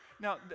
Now